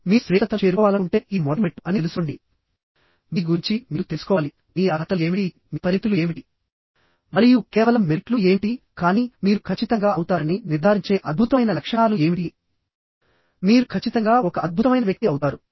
మీరు శ్రేష్ఠతను చేరుకోవాలనుకుంటే ఇది మొదటి మెట్టు అని తెలుసుకోండి మీ గురించి మీరు తెలుసుకోవాలి మీ అర్హతలు ఏమిటి మీ పరిమితులు ఏమిటి మరియు కేవలం మెరిట్లు ఏమిటి కానీ మీరు ఖచ్చితంగా అవుతారని నిర్ధారించే అద్భుతమైన లక్షణాలు ఏమిటి మీరు ఖచ్చితంగా ఒక అద్భుతమైన వ్యక్తి అవుతారు